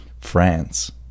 France